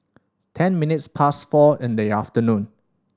ten minutes past four in the afternoon